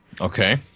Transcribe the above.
Okay